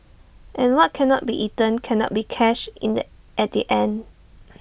and what cannot be eaten cannot be cashed in at the bank